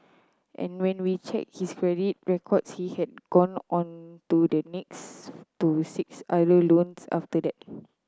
and when we checked his records he had gone on to the next to six other loans after that